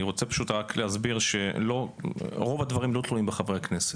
אני רוצה להסביר שרוב הדברים לא תלויים בחברי הכנסת.